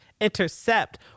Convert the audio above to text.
intercept